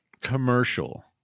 commercial